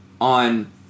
on